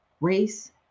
Race